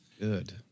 Good